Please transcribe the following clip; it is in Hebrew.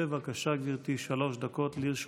בבקשה, גברתי, שלוש דקות לרשותך.